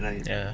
ya